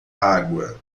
água